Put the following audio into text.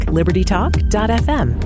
LibertyTalk.fm